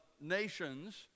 nations